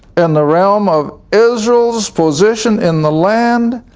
in the realm of israel's position in the land,